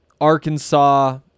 Arkansas